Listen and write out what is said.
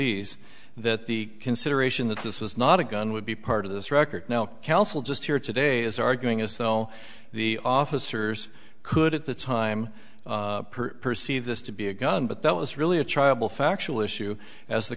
lee's that the consideration that this was not a gun would be part of this record now counsel just here today is arguing is that all the officers could at the time perceive this to be a gun but that was really a child will factual issue as the